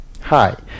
Hi